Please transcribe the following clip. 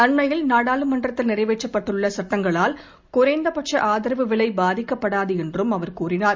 அண்மையில் நாடாளுமன்றத்தில் நிறைவேற்றப்பட்டுள்ள சட்டங்களால் குறைந்த பட்ச ஆதரவு விலை பாதிக்கப்படாது என்றும் அவர் கூறினார்